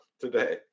today